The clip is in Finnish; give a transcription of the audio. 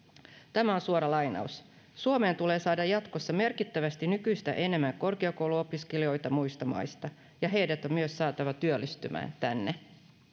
tämä on suora lainaus suomeen tulee saada jatkossa merkittävästi nykyistä enemmän korkeakouluopiskelijoita muista maista ja heidät on saatava myös työllistymään tänne